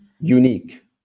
unique